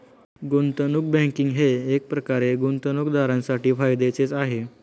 गुंतवणूक बँकिंग हे एकप्रकारे गुंतवणूकदारांसाठी फायद्याचेच आहे